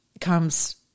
comes